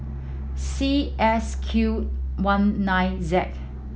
C S Q one nine Z